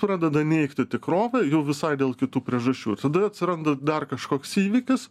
pradeda neigti tikrovę jau visai dėl kitų priežasčių tada atsiranda dar kažkoks įvykis